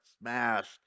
smashed